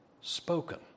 spoken